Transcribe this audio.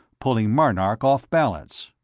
pulling marnark off balance.